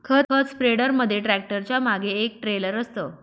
खत स्प्रेडर मध्ये ट्रॅक्टरच्या मागे एक ट्रेलर असतं